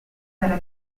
della